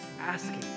asking